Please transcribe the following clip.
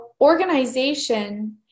organization